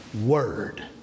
Word